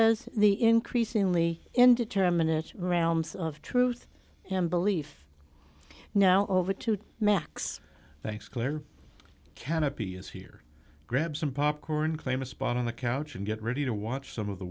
the increasingly indeterminate realms of truth and belief now over to max thanks claire canopy is here grab some popcorn claim a spot on the couch and get ready to watch some of the